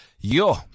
Yo